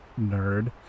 Nerd